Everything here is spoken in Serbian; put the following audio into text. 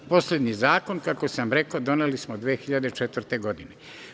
Poslednji zakon, kako sam rekao, doneli smo 2004. godine.